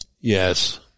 Yes